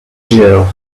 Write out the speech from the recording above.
jail